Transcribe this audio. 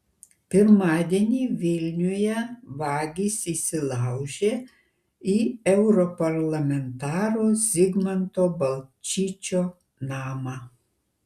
pirmadienį vilniuje vagys įsilaužė į europarlamentaro zigmanto balčyčio namą